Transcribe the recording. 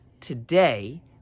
today